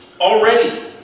already